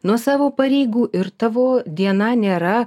nuo savo pareigų ir tavo diena nėra